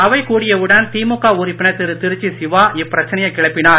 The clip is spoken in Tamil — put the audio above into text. அவை கூடியவுடன் திமுக உறுப்பினர் திரு திருச்சி சிவா இப்பிரச்சனையை கிளப்பினார்